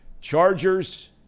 Chargers